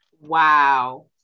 Wow